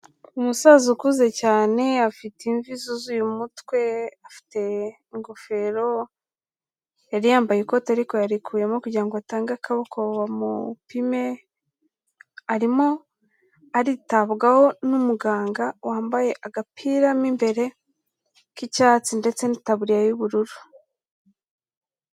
Umusaza ukuze cyane afite imvi zuzuye umutwe, afite ingofero, yari yambaye ikote ariko yarikuyemo ariko yarikuyemo kugira ngo atange akaboko bamupime, arimo aritabwaho n'umuganga wambaye agapira mo imbere k'icyatsi ndetse n'itaburiya y'ubururu.